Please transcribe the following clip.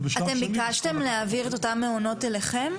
אתם ביקשתם להעביר את אותם מעונות אליכם?